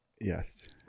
Yes